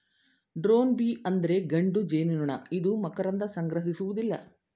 drone bee ಅಂದರೆ ಗಂಡು ಜೇನುನೊಣ ಇದು ಮಕರಂದ ಸಂಗ್ರಹಿಸುವುದಿಲ್ಲ